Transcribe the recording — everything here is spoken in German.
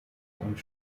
und